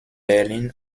berlin